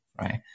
Right